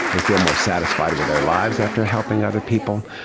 they feel more satisfied with their lives after helping other people.